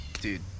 dude